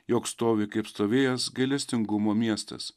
jog stovi kaip stovėjęs gailestingumo miestas